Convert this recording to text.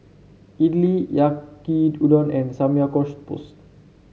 Idili Yaki Udon and Samgyeopsal